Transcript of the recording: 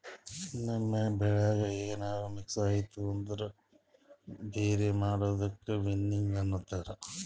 ನಮ್ ಬೆಳ್ಯಾಗ ಏನ್ರ ಮಿಕ್ಸ್ ಆಗಿತ್ತು ಅಂದುರ್ ಬ್ಯಾರೆ ಮಾಡದಕ್ ವಿನ್ನೋವಿಂಗ್ ಅಂತಾರ್